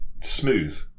smooth